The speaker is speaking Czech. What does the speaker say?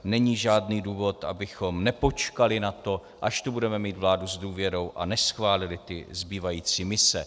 Není žádný důvod, abychom nepočkali na to, až tu budeme mít vládu s důvěrou, a neschválili ty zbývající mise.